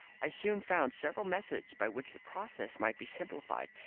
i soon found several methods by which the process might be simplified,